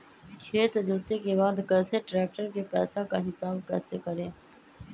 खेत जोते के बाद कैसे ट्रैक्टर के पैसा का हिसाब कैसे करें?